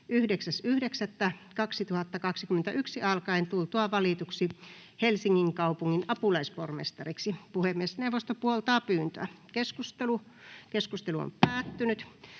9.9.2021 alkaen tultuaan valituksi Helsingin kaupungin apulaispormestariksi. Puhemiesneuvosto puoltaa pyyntöä. [Speech 4] Speaker: